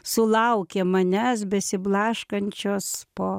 sulaukė manęs besiblaškančios po